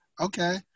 Okay